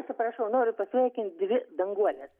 atsiprašau noriu pasveikint dvi danguoles